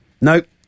Nope